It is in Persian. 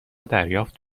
دریافت